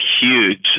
huge